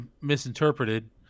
misinterpreted